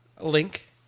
link